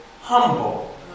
humble